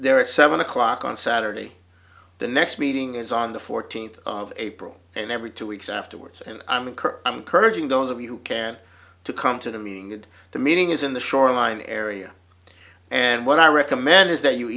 they're at seven o'clock on saturday the next meeting is on the fourteenth of april and every two weeks afterwards and i'm curt i'm courage and those of you can to come to the meeting and the meeting is in the shoreline area and what i recommend is that you